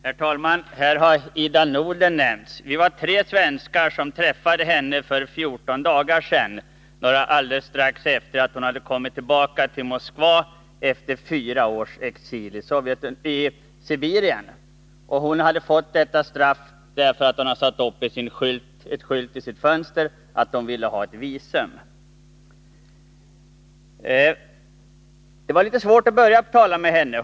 Herr talman! Här har Ida Nudel nämnts. Vi var tre svenskar som träffade henne för 14 dagar sedan, strax efter det att hon kommit tillbaka till Moskva efter fyra års exil i Sibirien. Hon hade fått detta straff därför att hon hade satt upp ett anslag vid sin bostad om att hon ville ha ett visum. Det var litet svårt att börja tala med Ida Nudel.